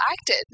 acted